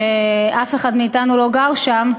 כשאף אחד מאתנו לא גר שם,